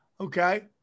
Okay